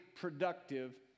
productive